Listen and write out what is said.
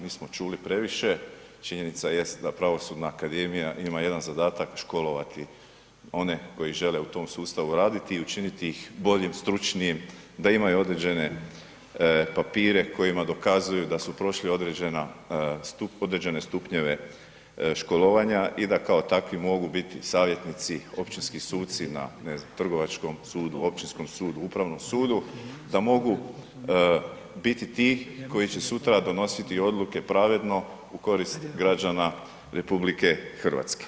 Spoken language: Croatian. Nismo čuli previše, činjenica jest da Pravosudna akademija ima jedan zadatak školovati one koji žele u tom sustavu raditi i učiniti ih boljim, stručnijim, da imaju određene papire kojima dokazuju da su prošli određene stupnjeve školovanja i da kao takvi mogu biti savjetnici općinski suci na ne znam, trgovačkom sudu, općinskom sudu, Upravnom sudu, da mogu biti ti koji će sutra donositi odluke pravedno u korist građana RH.